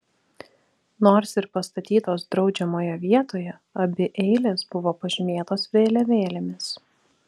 nors ir pastatytos draudžiamoje vietoje abi eilės buvo pažymėtos vėliavėlėmis